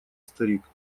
старик